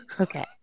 Okay